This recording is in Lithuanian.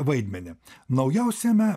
vaidmenį naujausiame